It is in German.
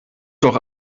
doch